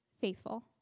faithful